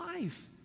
life